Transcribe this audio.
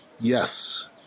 Yes